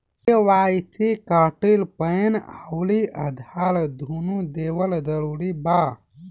KYC खातिर PAN आउर आधार दुनों देवल जरूरी बा?